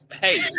hey